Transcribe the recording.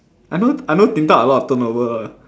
I know I know Din-Tat a lot of turn over ah